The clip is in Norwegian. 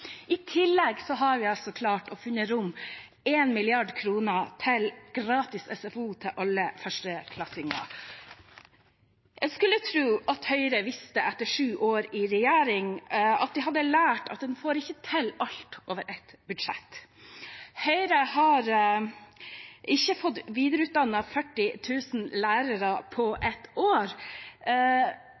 I tillegg har vi klart å finne rom til 1 mrd. kr til gratis SFO til alle førsteklassinger. En skulle tro at Høyre hadde lært, etter sju år i regjering, at en får ikke til alt over ett budsjett. Høyre har ikke fått videreutdannet 40 000 lærere på ett år.